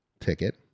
ticket